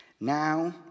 Now